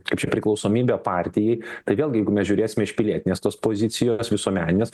kaip čia priklausomybė partijai tai vėlgi jeigu mes žiūrėsime iš pilietinės tos pozicijos visuomeninės